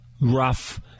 rough